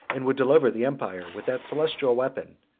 and would deliver the empire, with that celestial weapon,